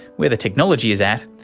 where the technology is at,